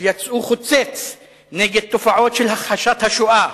שיצאו חוצץ נגד תופעות של הכחשת השואה